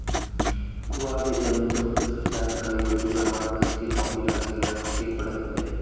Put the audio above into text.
उ आवेदन में तोहार सब जानकरी अउरी प्रमाण पत्र के कॉपी लगावे के पड़त हवे